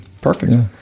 Perfect